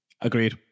Agreed